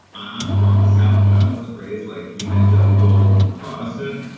i'm from the south, but i wasn't raised like evangelical protestant.